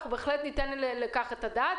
תיתן לנו את הדיווח על כך